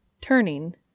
Turning